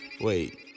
Wait